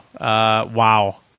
Wow